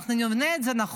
אנחנו נבנה את זה נכון